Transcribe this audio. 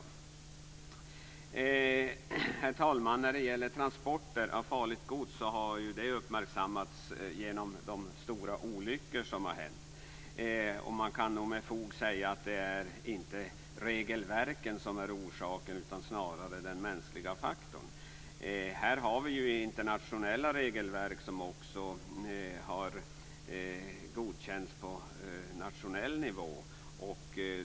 Herr talman! Frågan om transporter av farligt gods har uppmärksammats genom de stora olyckor som har hänt. Man kan nog med fog säga att det inte är något fel på regelverken utan att det snarare är den mänskliga faktorn som spelat in. Vi har internationella regelverk som har godkänts på nationell nivå.